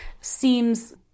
seems